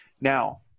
Now